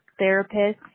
therapists